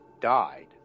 died